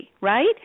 right